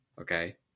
Okay